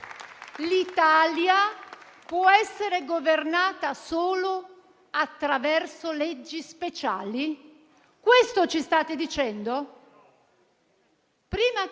l'Italia può essere governata solo attraverso leggi speciali? Questo ci state dicendo?